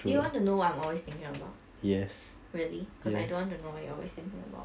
do you want to know what I'm always thinking about really because I don't want to know what you are always thinking about